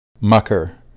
Mucker